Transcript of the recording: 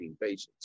patients